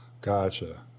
gotcha